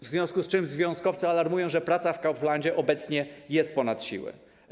W związku z tym związkowcy alarmują, że praca w Kauflandzie obecnie jest ponad siły.